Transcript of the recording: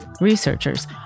Researchers